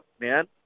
man